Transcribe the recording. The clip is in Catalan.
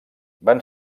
van